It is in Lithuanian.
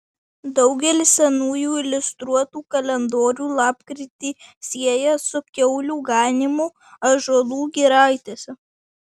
daugelis senųjų iliustruotų kalendorių lapkritį sieja su kiaulių ganymu ąžuolų giraitėse